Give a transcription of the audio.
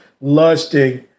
lusting